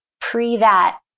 pre-that